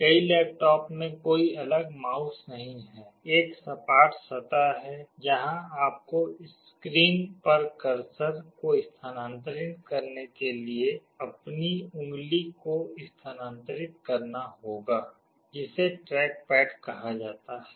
कई लैपटॉप में कोई अलग माउस नहीं है एक सपाट सतह है जहां आपको स्क्रीन पर कर्सर को स्थानांतरित करने के लिए अपनी उंगली को स्थानांतरित करना होगा जिसे ट्रैक पैड कहा जाता है